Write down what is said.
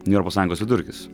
nei europos sąjungos vidurkis